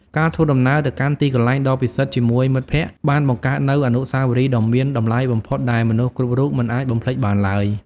ការធ្វើដំណើរទៅកាន់ទីកន្លែងដ៏ពិសិដ្ឋជាមួយមិត្តភក្តិបានបង្កើតនូវអនុស្សាវរីយ៍ដ៏មានតម្លៃបំផុតដែលមនុស្សគ្រប់រូបមិនអាចបំភ្លេចបានឡើយ។